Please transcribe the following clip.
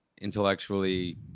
Intellectually